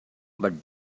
but